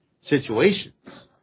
situations